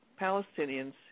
Palestinians